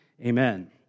Amen